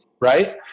right